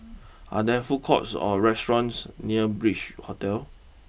are there food courts or restaurants near Beach Hotel